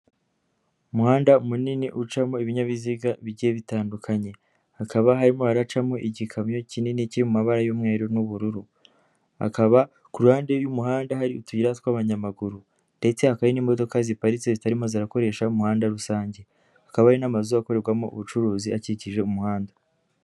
Umuhanda munini ucamo ibinyabiziga bigiye bitandukanye, hakaba harimo haracamo igikamyo kinini kiri mu mabara y'umweru n'ubururu, hakaba ku ruhande rw'umuhanda hari utuyira tw'abanyamaguru, ndetse hakaba n'imodoka ziparitse zitarimo zirakoresha umuhanda rusange, hakaba hari n'amazu akorerwamo ubucuruzi akikije umuhanda.